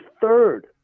third